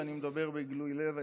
ואני מדבר בגילוי לב,